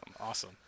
Awesome